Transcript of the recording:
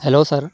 hello sir